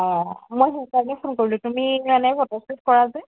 অঁ মই সেইকাৰণে ফোন কৰিলোঁ তুমি মানে ফটো শ্বুট কৰা যে